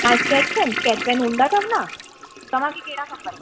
हा sketch pen sketch pen हूंदा अथव न तव्हांखे कहिड़ा खपनि